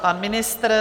Pan ministr?